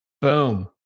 Boom